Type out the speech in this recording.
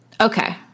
Okay